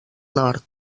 nord